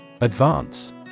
Advance